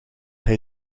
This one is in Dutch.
hij